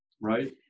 right